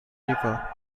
river